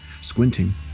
squinting